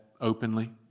Openly